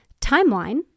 timeline